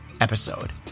episode